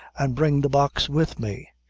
an' bring the box with me.